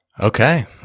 okay